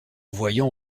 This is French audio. voyons